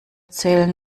zählen